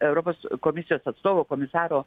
europos komisijos atstovo komisaro